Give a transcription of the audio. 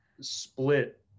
split